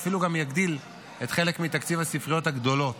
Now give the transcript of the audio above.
אפילו גם יגדיל את חלק מתקציב הספריות הגדולות.